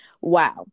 Wow